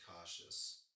cautious